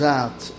out